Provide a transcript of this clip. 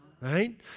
right